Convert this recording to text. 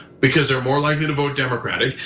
because they're more likely to vote democratic.